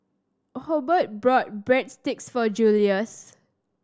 Hobert bought Breadsticks for Julius